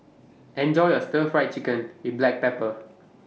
Enjoy your Stir Fried Chicken with Black Pepper